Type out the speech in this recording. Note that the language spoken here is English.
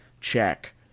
check